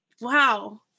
Wow